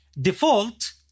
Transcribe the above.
default